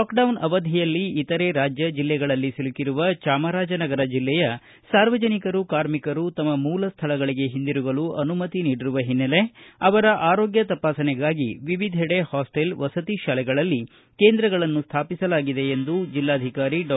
lockdown ಅವಧಿಯಲ್ಲಿ ಇತರೆ ರಾಜ್ಯ ಜಿಲ್ಲೆಗಳಲ್ಲಿ ಸಿಲುಕಿರುವ ಚಾಮರಾಜನಗರ ಜಿಲ್ಲೆಯ ಸಾರ್ವಜನಿಕರು ಕಾರ್ಮಿಕರು ತಮ್ಮ ಮೂಲ ಸ್ವಳಗಳಿಗೆ ಹಿಂದಿರುಗಲು ಅನುಮತಿ ನೀಡಿರುವ ಹಿನ್ನೆಲೆ ಅವರ ಆರೋಗ್ವ ತಪಾಸಣೆಗಾಗಿ ವಿವಿಧೆಡೆ ಹಾಸ್ಟಲ್ ವಸತಿ ತಾಲೆಗಳಲ್ಲಿ ಕೇಂದ್ರಗಳನ್ನು ಸ್ಥಾಪಿಸಲಾಗಿದೆ ಎಂದು ಜಿಲ್ಲಾಧಿಕಾರಿ ಡಾ